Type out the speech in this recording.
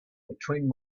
between